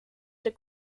the